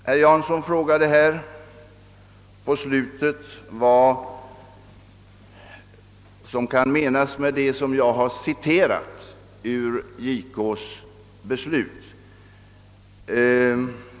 Herr Jansson frågade på slutet vad som kan menas med det som jag har citerat ur JK:s beslut.